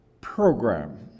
program